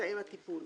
מתאם הטיפול